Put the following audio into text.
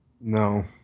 no